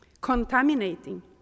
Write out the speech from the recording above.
contaminating